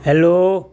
hello